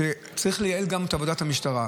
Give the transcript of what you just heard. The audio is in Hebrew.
שצריך לייעל גם את עבודת המשטרה.